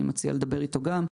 אני מציע לדבר איתו גם.